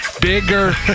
bigger